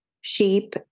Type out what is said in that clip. sheep